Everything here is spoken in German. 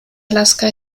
alaska